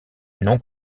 non